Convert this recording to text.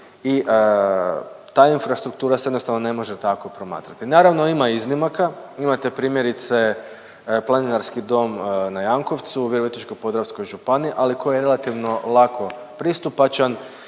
i ta infrastruktura se jednostavno ne može tako promatrati. Naravno ima iznimaka, imate primjerice Planinarski dom na Jankovcu u Virovitičko-podravskoj županiji ali koji je relativno lako pristupačan